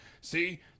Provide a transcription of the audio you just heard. see